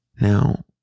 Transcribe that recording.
Now